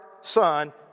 son